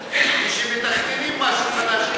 כשמתכננים משהו חדש,